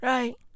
Right